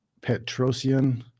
Petrosian